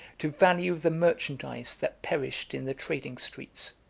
to value the merchandise that perished in the trading streets,